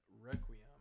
Requiem